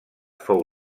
fou